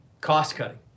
Cost-cutting